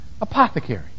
Apothecary